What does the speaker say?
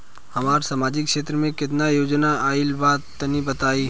हमरा समाजिक क्षेत्र में केतना योजना आइल बा तनि बताईं?